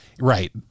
Right